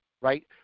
right